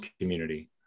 community